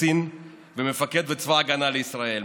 קצין ומפקד בצבא ההגנה לישראל,